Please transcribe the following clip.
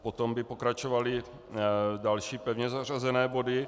Potom by pokračovaly další pevně zařazené body.